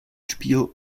spiel